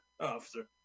Officer